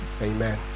Amen